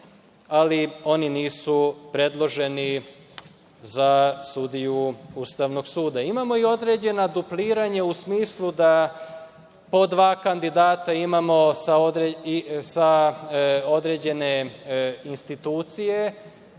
ali oni nisu predloženi za sudiju Ustavnog suda. Imamo i određena dupliranja u smislu da po dva kandidata imamo sa određene institucije.